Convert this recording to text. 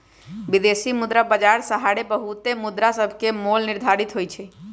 विदेशी मुद्रा बाजार सहारे बहुते मुद्रासभके मोल निर्धारित होतइ छइ